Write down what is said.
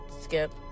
skip